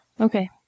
Okay